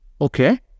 okay